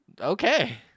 Okay